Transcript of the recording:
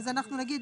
אז אנחנו נגיד.